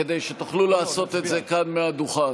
כדי שתוכלו לעשות את זה כאן מהדוכן.